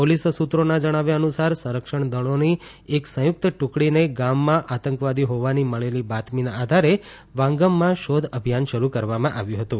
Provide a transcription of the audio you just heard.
police સૂત્રોના જણાવ્યા અનુસાર સંરક્ષણ દળોની એક સંયુક્ત ટ્રકડીને ગામમાં આંતકવાદીઓ હોવાની મળેલી બાતમીને આધારે વાંગમમાં શોધ અભિયાન શરૂ કરવામાં આવ્યું હતું